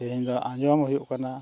ᱥᱮᱨᱮᱧ ᱫᱚ ᱟᱸᱡᱚᱢ ᱦᱩᱭᱩᱜ ᱠᱟᱱᱟ